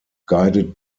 guided